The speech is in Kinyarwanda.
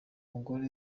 mugore